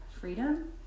freedom